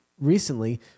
recently